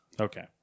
Okay